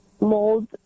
mold